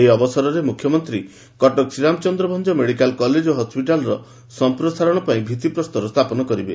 ଏହି ଅବସରରେ ମୁଖ୍ୟମନ୍ତୀ କଟକ ଶ୍ରୀରାମଚନ୍ଦ୍ର ଭଞ୍ଞ ମେଡ଼ିକାଲ କଲେକ ଓ ହସ୍ୱିଟାଲର ସଂପ୍ରସାଣ ପାଇଁ ଭିଉିପ୍ରସ୍ତର ସ୍ଥାପନ କରିବେ